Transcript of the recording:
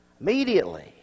Immediately